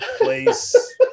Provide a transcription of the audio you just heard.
place